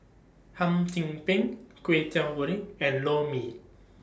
Hum Chim Peng Kway Teow Goreng and Lor Mee